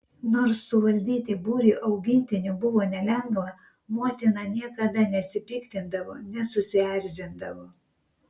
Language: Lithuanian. nors suvaldyti būrį augintinių buvo nelengva motina niekada nesipiktindavo nesusierzindavo